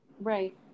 Right